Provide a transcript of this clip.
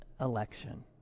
election